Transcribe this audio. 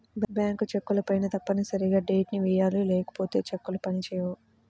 bank చెక్కులపైన తప్పనిసరిగా date ని వెయ్యాలి లేకపోతే చెక్కులు పని చేయవు